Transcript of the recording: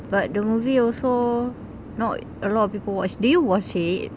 but the movie also not a lot of people watch did you watch it